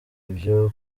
ivyo